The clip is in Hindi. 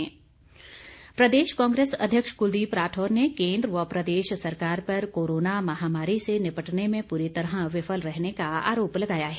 कुलदीप प्रदेश कांग्रेस अध्यक्ष कुलदीप राठौर ने केंद्र व प्रदेश सरकार पर कोरोना महामारी से निपटने में पूरी तरह विफल रहने का आरोप लगाया है